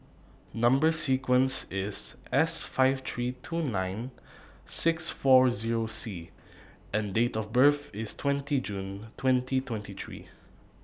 Number sequence IS S five three two nine six four Zero C and Date of birth IS twenty June twenty twenty three